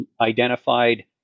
identified